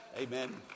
Amen